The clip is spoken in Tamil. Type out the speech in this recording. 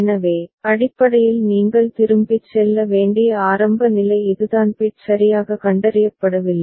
எனவே அடிப்படையில் நீங்கள் திரும்பிச் செல்ல வேண்டிய ஆரம்ப நிலை இதுதான் பிட் சரியாக கண்டறியப்படவில்லை